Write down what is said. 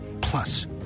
Plus